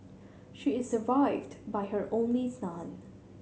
she is survived by her only son